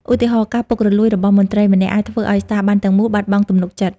ឧទាហរណ៍ ការពុករលួយរបស់មន្ត្រីម្នាក់ អាចធ្វើឲ្យស្ថាប័នទាំងមូលបាត់បង់ទំនុកចិត្ត។